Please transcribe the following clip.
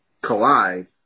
collide